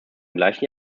gleichen